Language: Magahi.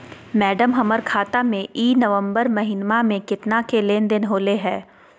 मैडम, हमर खाता में ई नवंबर महीनमा में केतना के लेन देन होले है